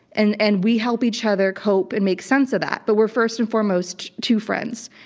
and and we help each other cope and make sense of that. but we're first and foremost two friends.